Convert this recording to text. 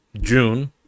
June